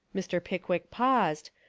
mr. pickwick paused,